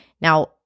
Now